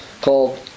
called